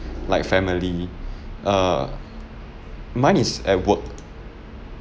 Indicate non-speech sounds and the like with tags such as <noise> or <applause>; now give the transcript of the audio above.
like family <breath> err mine is at work